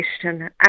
question